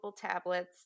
tablets